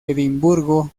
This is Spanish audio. edimburgo